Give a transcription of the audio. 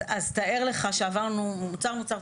אז תאר לך שעברנו מוצר-מוצר,